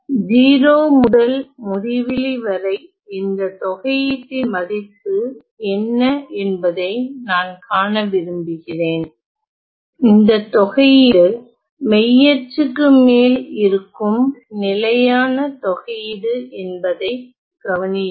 0 முதல் முடிவிலி வரை இந்த தொகையீட்டின் மதிப்பு என்ன என்பதை நான் காண விரும்புகிறேன் இந்த தொகையீடு மெய் அச்சுக்கு மேல் இருக்கும் நிலையான தொகையீடு என்பதை கவனியுங்கள்